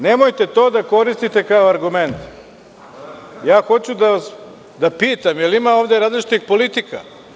Nemojte to da koristite kao argument, hoću da pitam da li ovde ima različitih politika?